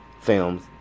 films